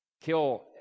kill